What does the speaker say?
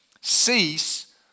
cease